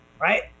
right